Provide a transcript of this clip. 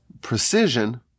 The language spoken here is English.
precision